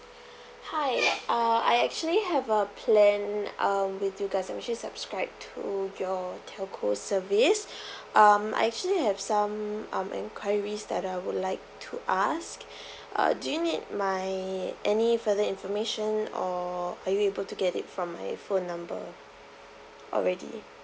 hi uh I actually have a plan uh with you guys I'm actually subscribed to your telco service um I actually have some um enquiries that I would like to ask uh do you need my any further information or are you able to get it from my phone number already